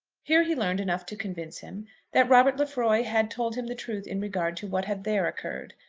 here he learned enough to convince him that robert lefroy had told him the truth in regard to what had there occurred.